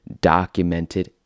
documented